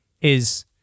is-